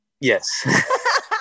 Yes